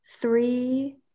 three